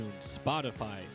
Spotify